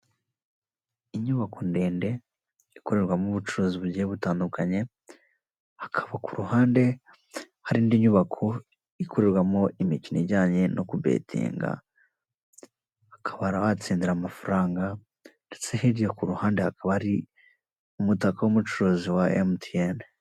Amafaranga y'amanyamahanga aya mafaranga ni ininote y'igihumbi yo muri Nijeriya iyo ushaka ko bayikuvunjira mu madorari baguha ahwanyije neza agaciro kayo.